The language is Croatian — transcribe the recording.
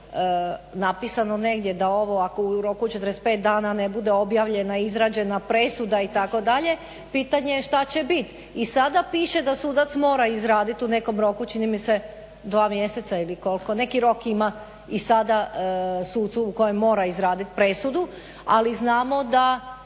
napisano negdje da ovo ako u roku od 45 dana ne bude objavljena, izrađena presuda itd. pitanje je šta će bit. I sada piše da sudac mora izradit u nekom roku čini mi se dva mjeseca ili koliko. Neki rok ima i sada sucu u kojem mora izradit presudu. Ali znamo da,